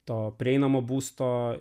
to prieinamo būsto